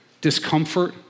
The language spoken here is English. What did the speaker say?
discomfort